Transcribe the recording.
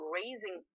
raising